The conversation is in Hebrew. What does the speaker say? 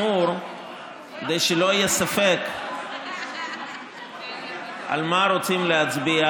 כדי שלא יהיה ספק על מה רוצים להצביע.